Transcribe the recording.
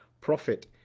profit